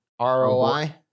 ROI